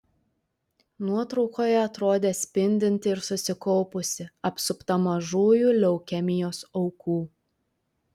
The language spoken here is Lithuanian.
nuotraukoje atrodė spindinti ir susikaupusi apsupta mažųjų leukemijos aukų